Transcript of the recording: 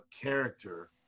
character